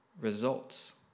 results